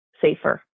safer